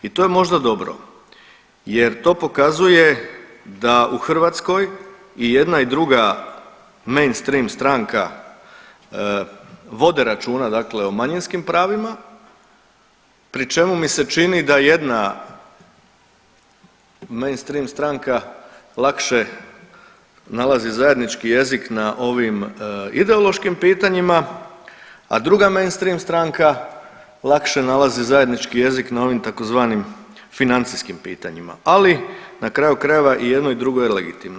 I to je možda dobro jer to pokazuje da u Hrvatskoj i jedna i druga mainstream stranka vode računa dakle o manjinskim pravima pri čemu mi se čini da jedna mainstream stranka lakše nalazi zajednički jezik na ovim ideološkim pitanjima, a druga mainstream stranka lakše nalazi zajednički jezik na ovim tzv. financijskim pitanjima, ali na kraju krajeva i jedno i drugo je legitimno.